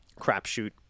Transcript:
crapshoot